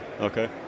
okay